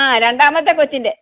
ആ രണ്ടാമത്തെ കൊച്ചിൻ്റെ